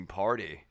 party